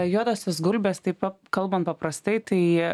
juodosios gulbės taip pap kalbant paprastai tai